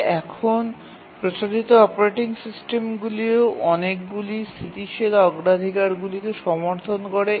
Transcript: তবে এখন প্রচলিত অপারেটিং সিস্টেমগুলিও অনেকগুলি স্থিতিশীল অগ্রাধিকারগুলিকে সমর্থন করে